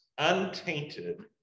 untainted